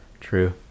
True